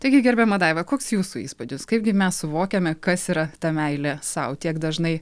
taigi gerbiama daiva koks jūsų įspūdis kaipgi mes suvokiame kas yra ta meilė sau tiek dažnai